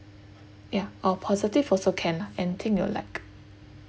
ya or positive also can lah anything you'd like